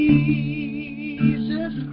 Jesus